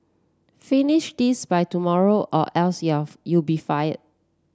finish this by tomorrow or else you are you'll be fired